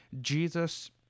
Jesus